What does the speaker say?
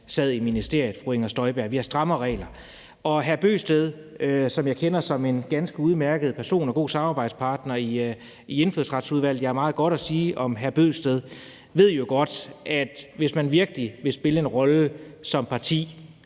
sad i ministeriet. Vi har strammere regler. Hr. Kristian Bøgsted, som jeg kender som en ganske udmærket person og en god samarbejdspartner i Indfødsretsudvalget – jeg har meget godt at sige om hr. Kristian Bøgsted – ved jo godt, at hvis man virkelig vil spille en rolle som parti,